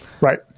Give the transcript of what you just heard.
right